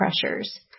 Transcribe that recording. pressures